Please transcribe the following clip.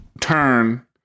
turn